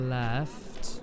left